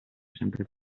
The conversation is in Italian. sempre